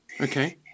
Okay